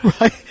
Right